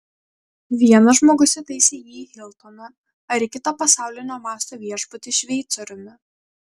vienas žmogus įtaisė jį į hiltoną ar į kitą pasaulinio masto viešbutį šveicoriumi